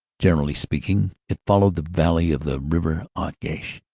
generally speaking, it followed the valley of the river agache,